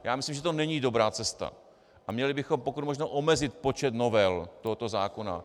Já myslím, že to není dobrá cesta a měli bychom pokud možno omezit počet novel tohoto zákona.